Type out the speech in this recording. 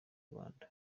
rwanda